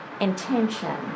intention